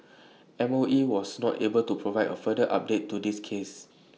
mOE was not able to provide A further update to this case